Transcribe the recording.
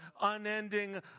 unending